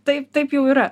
taip taip jau yra